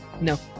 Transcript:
No